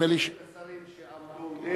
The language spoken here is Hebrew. יש שרים שאמרו "נגד",